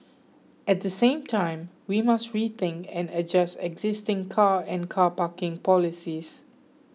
at the same time we must rethink and adjust existing car and car parking policies